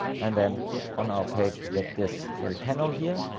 and then on our page, we get this little panel here.